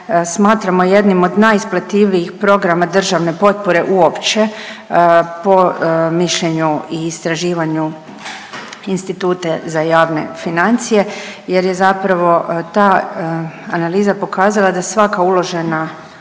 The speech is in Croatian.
smatramo jednim od najisplativijih programa državne potpore uopće po mišljenju i istraživanju Instituta za javne financije jer je zapravo ta analiza pokazala da svaka uložena,